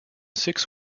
six